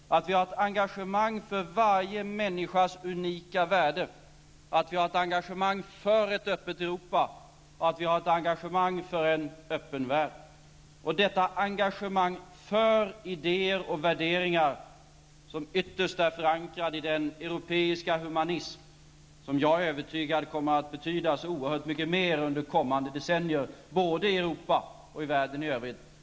Vi skall ha ett engagemang för varje människas unika värde, för ett öppet Europa och för en öppen värld. Detta engagemang för idéer och värderingar är ytterst förankrat i den europeiska humanism som jag är övertygad om kommer att betyda så oerhört mycket mer under kommande decennier, både i Europa och i världen i övrigt.